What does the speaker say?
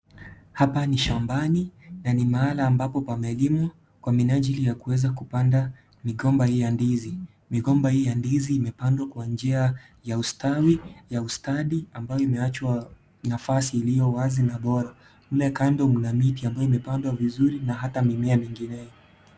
Hapa ni shambani, na ni mahala ambapo pamelimwa, kwa minajili ya kuweza kupanda migomba hii ya ndizi. Migomba hii ya ndizi imepandwa kwa njia ya ustawi ya ustadi, ambayo imewachwa nafasi iliyo wazi na bora .Mle kando mna miti ambayo imepandwa vizuri, na hata mimea mingineo.